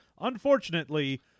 unfortunately